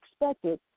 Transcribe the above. expected